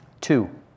Two